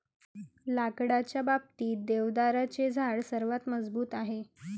लाकडाच्या बाबतीत, देवदाराचे झाड सर्वात मजबूत आहे